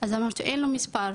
אז אמרתי "אין לו מספר",